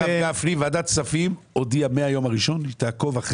ועדת כספים, הודיעה מהיום הראשון שהיא תעקוב על